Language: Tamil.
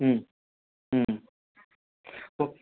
ம் ம் ஒ